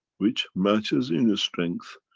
which matches in the strength,